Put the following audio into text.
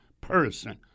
person